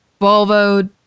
Volvo